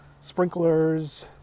sprinklers